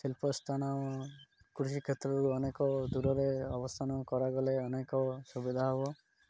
ଶିଳ୍ପ ସ୍ଥାନ କୃଷି କ୍ଷେତ୍ରରୁ ଅନେକ ଦୂରରେ ଅବସ୍ଥାନ କରାଗଲେ ଅନେକ ସୁବିଧା ହେବ